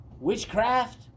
Witchcraft